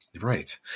Right